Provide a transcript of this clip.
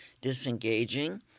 disengaging